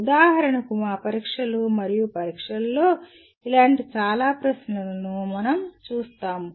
ఉదాహరణకు మా పరీక్షలు మరియు పరీక్షలలో ఇలాంటి చాలా ప్రశ్నలను మనం చూస్తాము